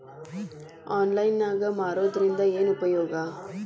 Online ನಾಗ್ ಮಾರೋದ್ರಿಂದ ಏನು ಉಪಯೋಗ?